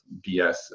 BS